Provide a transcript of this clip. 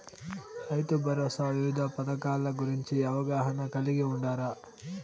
రైతుభరోసా వివిధ పథకాల గురించి అవగాహన కలిగి వుండారా?